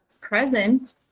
present